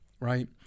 right